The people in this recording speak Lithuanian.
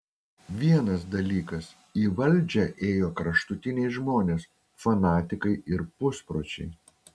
vienas dalykas į valdžią ėjo kraštutiniai žmonės fanatikai ir puspročiai